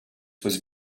was